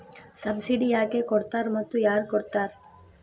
Subsidy ಯಾಕೆ ಕೊಡ್ತಾರ ಮತ್ತು ಯಾರ್ ಕೊಡ್ತಾರ್?